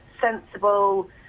sensible